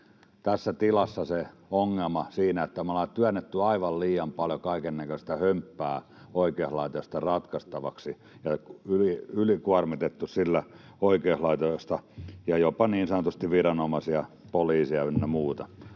tässä tilassa se ongelma sillä, että me ollaan työnnetty aivan liian paljon kaikennäköistä hömppää oikeuslaitoksen ratkaistavaksi ja ylikuormitettu sillä oikeuslaitosta ja jopa niin sanotusti viranomaisia, poliiseja ynnä muita.